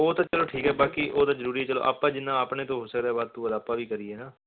ਉਹ ਤਾਂ ਚਲੋ ਠੀਕ ਹੈ ਬਾਕੀ ਉਹ ਤਾਂ ਜ਼ਰੂਰੀ ਚਲੋ ਆਪਾਂ ਜਿੰਨਾ ਆਪਣੇ ਤੋਂ ਹੋ ਸਕਦਾ ਵਾਧੂ ਆਪਾਂ ਵੀ ਕਰੀਏ ਨਾ